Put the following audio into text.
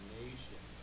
nation